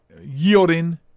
yielding